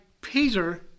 Peter